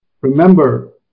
remember